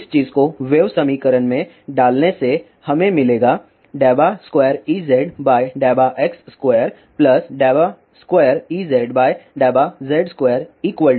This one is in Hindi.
इस चीज को वेव समीकरण में डालने से हमें मिलेगा 2Ezx22Ezz2 2μϵEz